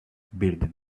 bearded